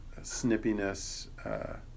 snippiness